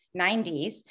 90s